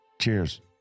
cheers